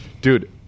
dude